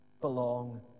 belong